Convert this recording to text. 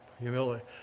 humility